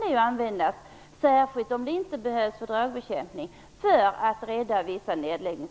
Det gäller särskilt om medlen inte behövs för drogbekämpning.